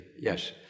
Yes